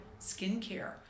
skincare